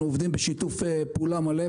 אנחנו עובדים בשיתוף פעולה מלא.